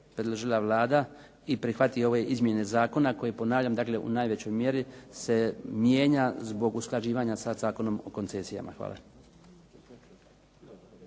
predložila Vlada i prihvati ove izmjene zakona koje ponavljam u najvećoj mjeri se mijenja zbog usklađivanja sa Zakonom o koncesijama. Hvala.